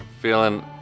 feeling